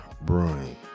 Brewing